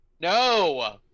No